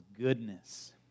goodness